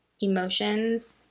emotions